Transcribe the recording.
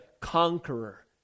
conqueror